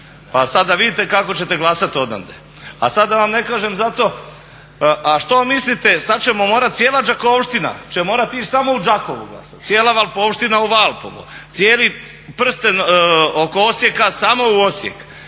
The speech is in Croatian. Pa sad da vidite kako ćete glasati odande. A sad da vam ne kažem a što mislite sad ćemo morati cijela Đakovština će morati ići samo u Đakovo glasati, cijela Valpovština u Valpovo, cijeli prsten oko Osijeka samo u Osijek.